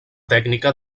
tècnica